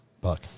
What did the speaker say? Buck